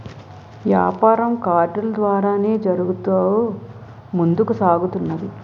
యాపారం కార్డులు ద్వారానే జరుగుతూ ముందుకు సాగుతున్నది